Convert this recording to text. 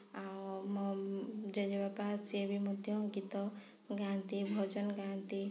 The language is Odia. ଆଉ ମୋ ଜେଜେ ବାପା ସେ ବି ମଧ୍ୟ ଗୀତ ଗାଆନ୍ତି ଭଜନ ଗାଆନ୍ତି